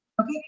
Okay